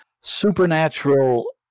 supernatural